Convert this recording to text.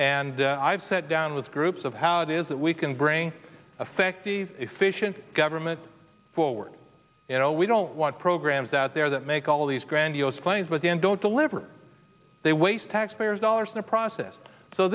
and i've sat down with groups of how it is that we can bring effective efficient government forward you know we don't want programs out there that make all these grandiose claims but then don't deliver they waste taxpayers dollars in the process so